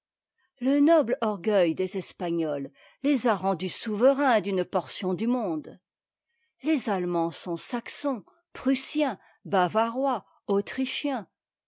le noble orgueil des espagnols les a rendus jadis souverains d'une portion du monde les allemands sont saxons prussiens bavarois autrichiens